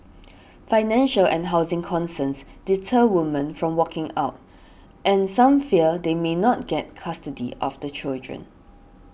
financial and housing concerns deter women from walking out and some fear they may not get custody of the children